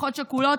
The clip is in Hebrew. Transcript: משפחות שכולות,